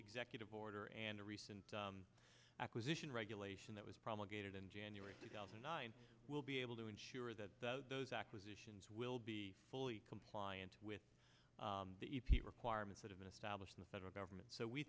executive order and the recent acquisition regulation that was promulgated in january two thousand and nine will be able to ensure that those acquisitions will be fully compliant with the e p a requirements that have been established in the federal government so we